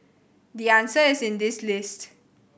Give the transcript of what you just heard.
the answer is in this list